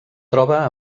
troba